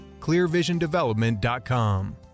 clearvisiondevelopment.com